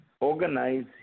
organize